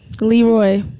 Leroy